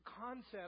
concept